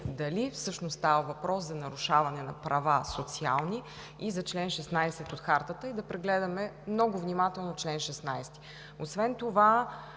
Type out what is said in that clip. дали всъщност става въпрос за нарушаване на социални права и за чл. 16 от Хартата – да прегледаме много внимателно чл. 16. Освен това,